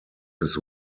his